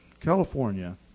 California